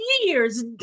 years